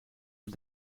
het